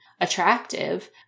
attractive